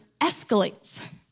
escalates